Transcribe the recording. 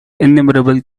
innumerable